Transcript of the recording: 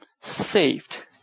saved